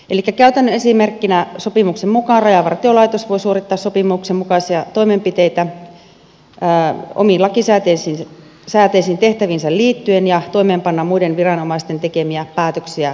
elikkä käytännön esimerkkinä sopimuksen mukaan rajavartiolaitos voi suorittaa sopimuksen mukaisia toimenpiteitä omiin lakisääteisiin tehtäviinsä liittyen ja toimeenpanna muiden viranomaisten tekemiä päätöksiä rajanylityspaikalla